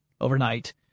overnight